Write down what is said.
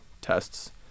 tests